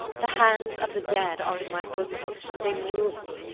the hands of the dead are in my bosom they move me,